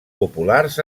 populars